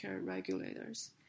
regulators